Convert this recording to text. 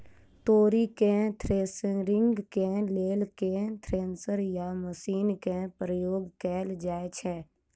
तोरी केँ थ्रेसरिंग केँ लेल केँ थ्रेसर या मशीन केँ प्रयोग कैल जाएँ छैय?